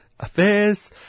Affairs